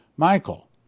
Michael